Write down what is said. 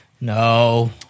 No